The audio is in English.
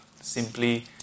simply